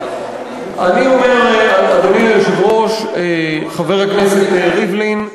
אני אומר, אדוני היושב-ראש, חבר הכנסת ריבלין,